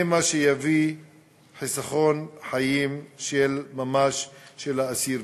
זה מה שיביא לסיכון חיים של ממש של האסיר,